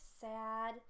sad